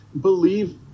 believe